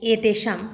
एतेषां